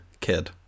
kid